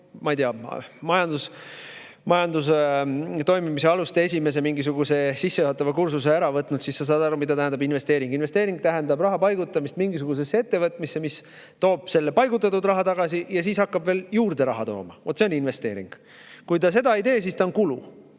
ma ei tea, majanduse toimimise aluste esimese mingisuguse sissejuhatava kursuse ära kuulanud, siis sa saad aru, mida tähendab investeering. Investeering tähendab raha paigutamist mingisugusesse ettevõtmisse, mis toob selle paigutatud raha tagasi ja siis hakkab veel raha juurde tooma. Vot see on investeering. Kui ta seda ei tee, siis ta on kulu,